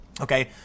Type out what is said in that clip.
Okay